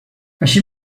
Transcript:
així